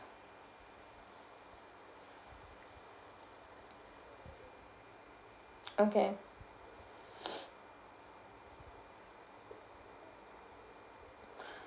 okay